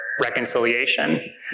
reconciliation